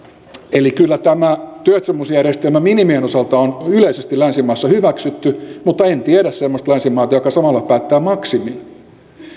eli kyllä tämä työehtosopimusjärjestelmä minimien osalta on yleisesti länsimaissa hyväksytty mutta en tiedä semmoista länsimaata joka samalla päättää maksimin